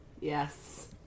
Yes